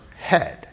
head